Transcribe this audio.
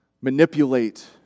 manipulate